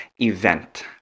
event